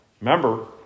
Remember